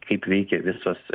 kaip veikia visos